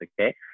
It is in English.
okay